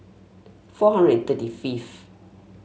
four hundred and thirty fifth